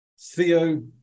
Theo